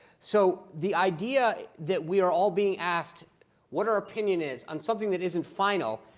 so the idea that we are all being asked what our opinion is on something that isn't final,